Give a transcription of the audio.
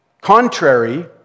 contrary